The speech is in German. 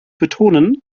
betonen